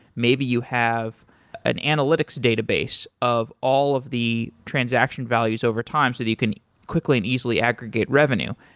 maybe you have an analytics database of all of the transaction values over time so that you can quickly and easily aggregate revenue.